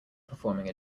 performing